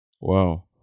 Wow